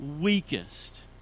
weakest